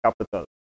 Capital